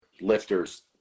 lifters